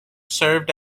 served